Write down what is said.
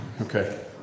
Okay